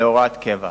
להוראת קבע.